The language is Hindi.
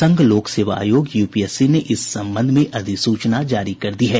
संघ लोक सेवा आयोग यूपीएससी ने इस संबध में अधिसूचना जारी कर दी है